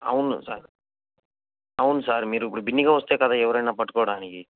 అవును సార్ అవును సార్ మీరిప్పుడు బిన్నేగా వస్తే కదా ఎవరైనా పట్టుకోవడానికి